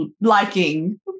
liking